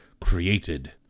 created